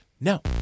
No